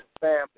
family